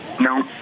No